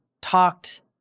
talked